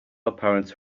apparent